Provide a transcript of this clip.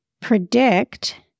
predict